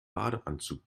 badeanzug